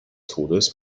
todes